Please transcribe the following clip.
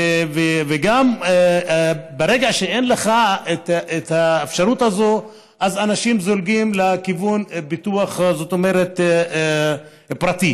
וברגע שאין לך את האפשרות הזאת אנשים זולגים לביטוח פרטי,